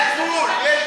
יש גבול.